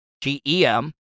G-E-M